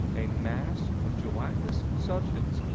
a mass of gelatinous substance,